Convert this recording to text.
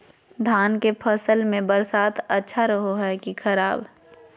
धान के फसल में बरसात अच्छा रहो है कि खराब?